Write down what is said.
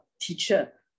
teacher